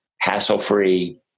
hassle-free